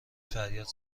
فریاد